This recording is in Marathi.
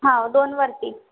हो दोन वरती